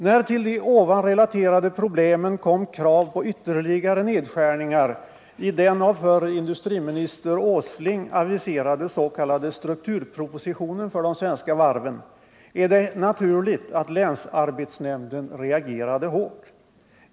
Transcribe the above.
När till de ovan relaterade problemen kom krav på ytterligare nedskärningar i den av förre industriministern Åsling aviserade s.k. strukturpropositionen för de svenska varven, är det naturligt att länsarbetsnämnden reagerade hårt.